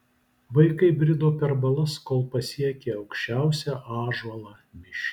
vaikai brido per balas kol pasiekė aukščiausią ąžuolą miške